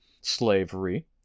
slavery